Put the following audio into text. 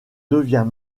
devient